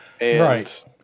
Right